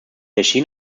erschien